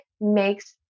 makes